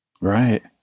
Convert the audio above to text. Right